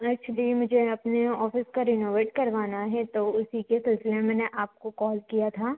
actually मुझे अपने office का रेनोवेट करवाना है तो उसी के सिलसिले में मैंने आपको कॉल किया था